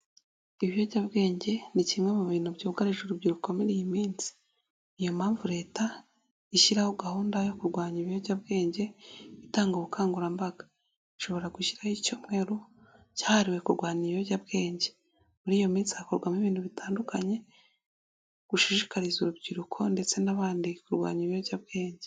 Ibiyobyabwenge ni kimwe mu bintu byugarije urubyiruko muri iyi minsi, iyo mpamvu Leta ishyiraho gahunda yo kurwanya ibiyobyabwenge itanga ubukangurambaga, ishobora gushyiraho icyumweru cyahariwe kurwanya ibiyobyabwenge, muri iyo minsi hakorwamo ibintu bitandukanye, gushishikariza urubyiruko ndetse n'abandi kurwanya ibiyobyabwenge.